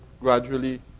gradually